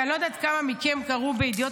כי אני לא יודעת כמה מכם קראו בידיעות